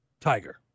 Tiger